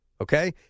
okay